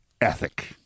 ethic